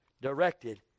Directed